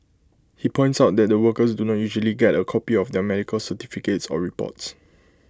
he points out that the workers do not usually get A copy of their medical certificates or reports